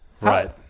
Right